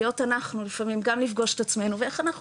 להיות אנחנו לפעמים גם לפגוש את עצמנו ואיך אנחנו